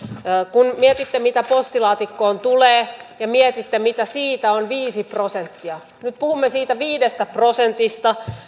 kun mietitte mitä postilaatikkoon tulee ja mietitte mitä siitä on viisi prosenttia niin nyt puhumme siitä viidestä prosentista